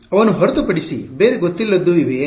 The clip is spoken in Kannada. ಅವನ್ನು ಹೊರತು ಪಡಿಸಿ ಬೇರೆ ಗೊತ್ತಿಲ್ಲದ್ದು ಇವೆಯೆ